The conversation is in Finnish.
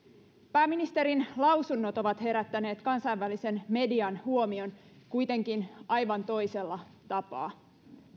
pääministerin lausunnot ovat herättäneet kansainvälisen median huomion kuitenkin aivan toisella tapaa